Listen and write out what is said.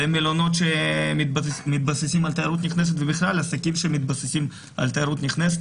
למלונות שמתבססים על תיירות נכנסת,